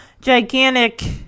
gigantic